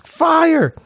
fire